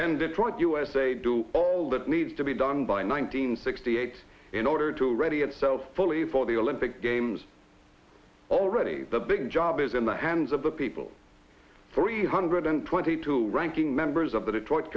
can detroit usa do all that needs to be done by nine hundred sixty eight in order to ready itself fully for the olympic games already the big job is in the hands of the people three hundred twenty two ranking members of the detroit